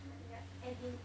like ya as in